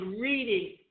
reading